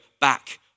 back